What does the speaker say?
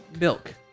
milk